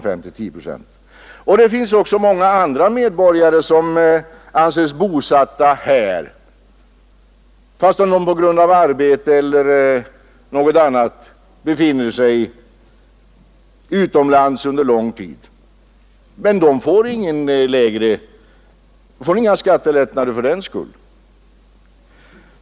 Det finns också många andra medborgare som anses bosatta här fastän de på grund av arbete eller på grund av något annat skäl befinner sig utomlands under lång tid. De får inga skattelättnader fördenskull.